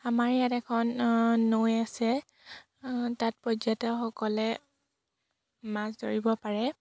আমাৰ ইয়াত এখন নৈ আছে তাত পৰ্যটকসকলে মাছ ধৰিব পাৰে